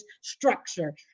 structure